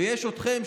ויש אתכם,